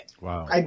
Wow